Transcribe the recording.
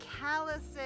calluses